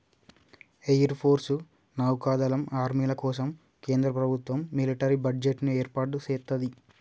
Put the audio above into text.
air force, నౌకా దళం, ఆర్మీల కోసం కేంద్ర ప్రభుత్వం మిలిటరీ బడ్జెట్ ని ఏర్పాటు సేత్తది